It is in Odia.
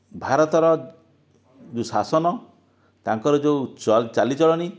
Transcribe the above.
ଭାରତର ଯେଉଁ ଶାସନ ତାଙ୍କର ଯେଉଁ ଚାଲିଚଳଣି